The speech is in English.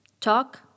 Talk